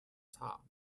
top